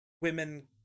women